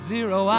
Zero